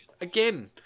again